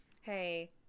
Hey